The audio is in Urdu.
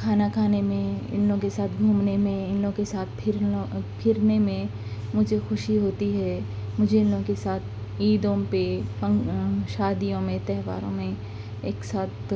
کھانا کھانے میں اِن لوگوں کے ساتھ گھومنے میں اِن لوگوں کے ساتھ پھرنا پھرنے میں مجھے خوشی ہوتی ہے مجھے اِن لوگوں کے ساتھ عیدوں پہ شادیوں میں تہواروں میں ایک ساتھ